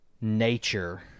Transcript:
nature